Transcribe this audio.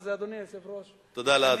אז, אדוני היושב-ראש, תודה לאדוני.